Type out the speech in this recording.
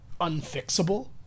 unfixable